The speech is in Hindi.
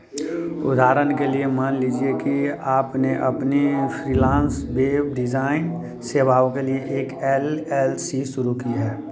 उदाहरण के लिए मान लीजिए कि आपने अपने फ्रीलांस वेब डिजाइन सेवाओ के लिए एक एल एल सी शुरू की है